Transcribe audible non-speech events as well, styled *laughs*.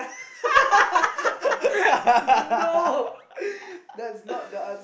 *laughs*